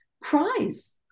cries